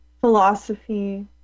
philosophy